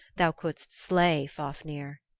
thou couldst slay fafnir,